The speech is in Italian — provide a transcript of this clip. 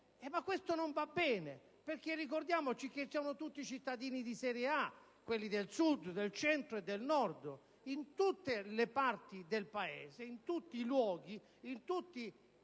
Ma questo non va bene, perché siamo tutti cittadini di serie A, quelli del Sud, del Centro e del Nord. In tutte le parti del Paese, in tutti i luoghi, in tutti i